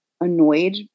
annoyed